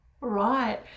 Right